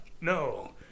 no